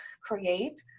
create